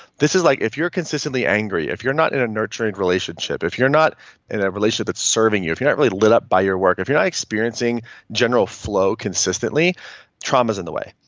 this is like if you're consistently angry, if you're not in a nurturing relationship, if you're not in a relationship that's serving you, if you not really lit up by your work, if you're not experiencing general flow consistently trauma's in the way.